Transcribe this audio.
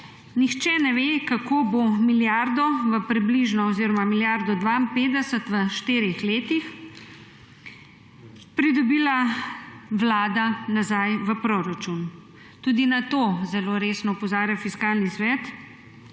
nihče ne ve, kako bo približno milijardo oziroma milijardo 52 v štirih letih pridobila Vlada nazaj v proračun. Tudi na to zelo resno opozarja Fiskalni svet.